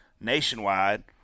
Nationwide